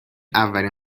اولین